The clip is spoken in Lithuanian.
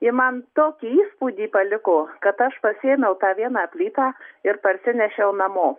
ir man tokį įspūdį paliko kad aš pasiėmiau tą vieną plytą ir parsinešiau namo